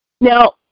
Now